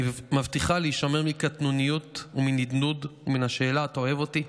אני מבטיחה להישמר מקטנוניות ומנדנוד ומן השאלה: אתה אוהב אותי?